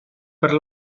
per